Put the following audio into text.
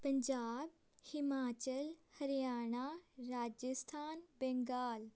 Punjab Himachal Haryana Rajasthan Bengal